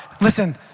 Listen